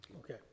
Okay